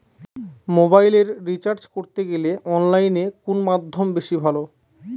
মোবাইলের রিচার্জ করতে গেলে অনলাইনে কোন মাধ্যম বেশি ভালো?